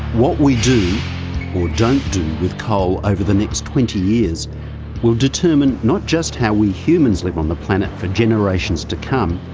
what we do or don't do with coal over the next twenty years will determine not just how we humans live on the planet for generations to come,